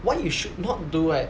what you should not do right